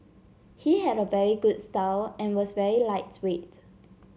he had a very good style and was very lightweight